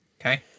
Okay